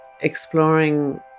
exploring